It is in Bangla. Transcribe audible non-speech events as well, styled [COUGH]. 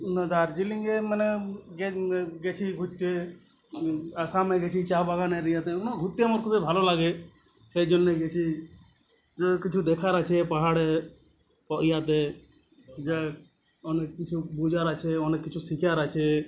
না দার্জিলিংয়ে মানে গিয়েছি ঘুরতে আসামে গিয়েছি চা বাগানের ইয়েতে ওগুলো ঘুরতে আমার খুবই ভালো লাগে সেই জন্যই গিয়েছি কিছু দেখার আছে পাহাড়ে [UNINTELLIGIBLE] ইয়েতে যার অনেক কিছু বোঝার আছে অনেক কিছু শেখার আছে